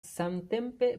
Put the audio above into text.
samtempe